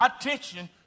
attention